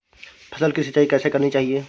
फसल की सिंचाई कैसे करनी चाहिए?